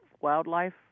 wildlife